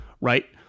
right